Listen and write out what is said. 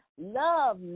Love